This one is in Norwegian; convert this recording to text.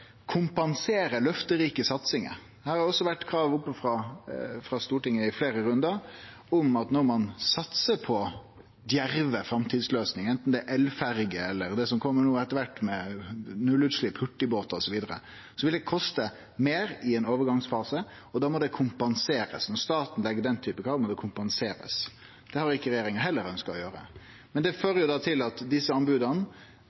kompensere løfterike satsingar. Det har også vore eit krav frå Stortinget, i fleire rundar, om at når ein satsar på djerve framtidsløysingar, anten det er elferjer eller det som kjem no etter kvart, med nullutslepp for hurtigbåtar osv., og det da vil det koste meir i ein overgangsfase – da må det kompenserast. Når staten pålegg den typen krav, må det kompenserast. Det har ikkje regjeringa heller ønskt å gjere. Men det